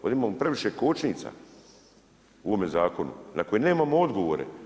Ovdje imamo previše kočnica u ovome zakonu na koje nemamo odgovore.